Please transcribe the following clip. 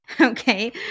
Okay